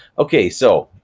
okay, so,